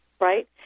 right